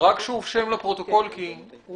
שמה